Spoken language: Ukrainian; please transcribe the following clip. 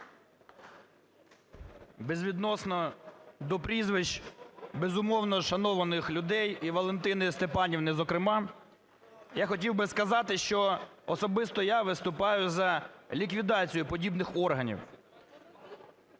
Безвідносно до прізвищ, безумовно, шанованих людей, і Валентини Степанівни зокрема, я хотів би сказати, що особисто я виступаю за ліквідацію подібних органів.